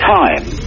time